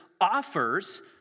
offers